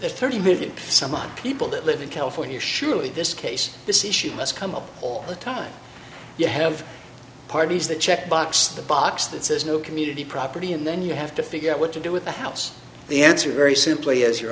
the thirty million some odd people that live in california surely this case this issue must come up all the time you have parties the check box the box that says no community property and then you have to figure out what to do with the house the answer very simply is your